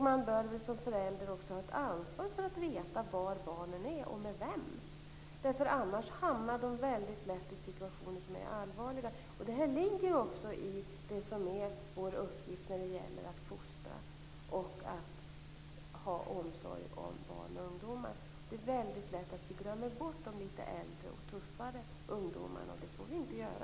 Man bör som förälder också ha ett ansvar för att veta var barnen är och med vem. Annars hamnar de väldigt lätt i situationer som är allvarliga. Det här ligger också i det som är vår uppgift när det gäller att fostra och att ha omsorg om barn och ungdomar. Det är väldigt lätt att vi glömmer bort de lite äldre och tuffare ungdomarna, och det får vi inte göra.